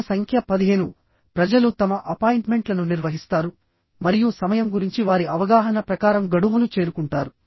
ప్రశ్న సంఖ్య 15 ప్రజలు తమ అపాయింట్మెంట్లను నిర్వహిస్తారు మరియు సమయం గురించి వారి అవగాహన ప్రకారం గడువును చేరుకుంటారు